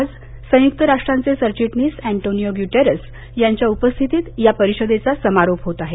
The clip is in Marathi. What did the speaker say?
आज संयुक्त राष्ट्रांचे सरचिटणीस अन्तोनीओ गुटेरस यांच्या उपस्थितीत या परिषदेचा समारोप होत आहे